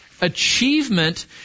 Achievement